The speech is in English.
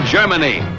Germany